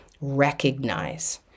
recognize